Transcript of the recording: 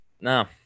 No